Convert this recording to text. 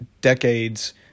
decades